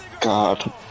God